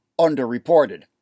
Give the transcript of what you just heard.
underreported